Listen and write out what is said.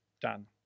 done